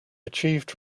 achieved